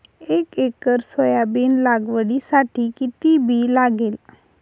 एक acre soybean लागवडीसाठी किती बी लागेल?